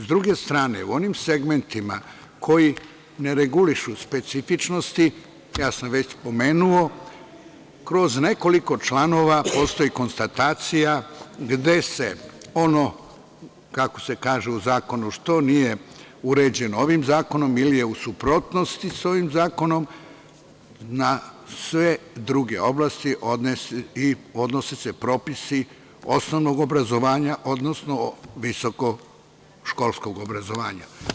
S druge strane, u onim segmentima koji ne regulišu specifičnosti, ja sam već spomenuo kroz nekoliko članova postoji konstatacija gde se ono, kako se kaže u zakonu, što nije uređeno ovim zakonom ili je u suprotnosti sa ovim zakonom na sve druge oblasti i odnose se propisi osnovnog obrazovanja, odnosno visokoškolskog obrazovanja.